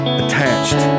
attached